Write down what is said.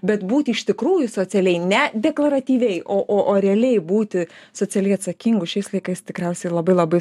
bet būt iš tikrųjų socialiai ne deklaratyviai o o o realiai būti socialiai atsakingu šiais laikais tikriausiai labai labai